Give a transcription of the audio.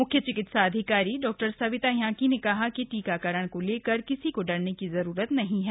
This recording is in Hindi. मुख्य चिकित्सा अधिकारी डॉक्टर सविता हयांकी ने कहा कि टीकाकरण को लेकर किसी को डरने की जरुरत नहीं है